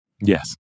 Yes